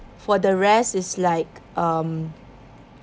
for the rest is like um